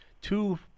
two